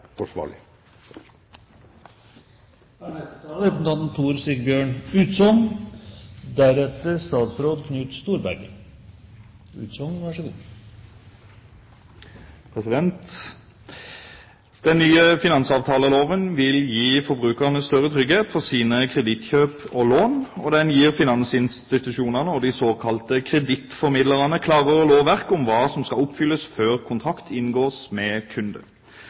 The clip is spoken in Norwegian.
Den nye finansavtaleloven vil gi forbrukerne større trygghet for sine kredittkjøp og lån, og den gir finansinstitusjonene og de såkalte kredittformidlerne klarere lovverk om hva som skal oppfylles før kontrakt inngås med